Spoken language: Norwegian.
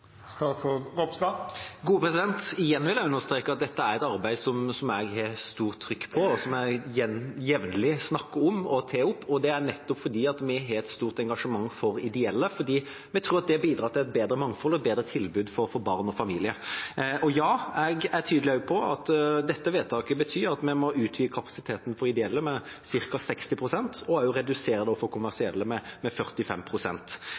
Igjen vil jeg understreke at dette er et arbeid som jeg har stort trykk på, og som jeg jevnlig snakker om og tar opp. Det er nettopp fordi vi har et stort engasjement for de ideelle, for vi tror det bidrar til et bedre mangfold og et bedre tilbud til barn og familier. Jeg er også tydelig på at dette vedtaket betyr at vi må utvide kapasiteten for ideelle til om lag 60 pst., og redusere for kommersielle til om lag 45 pst. Jeg er glad for